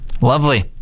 Lovely